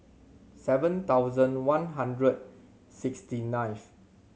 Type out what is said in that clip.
seven thousand one hundred sixty ninth